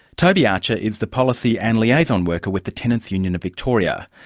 toby archer is the policy and liaison worker with the tenants' union victoria,